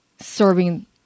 serving